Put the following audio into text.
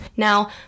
now